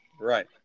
right